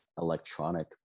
electronic